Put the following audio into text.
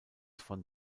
von